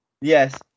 Yes